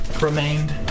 remained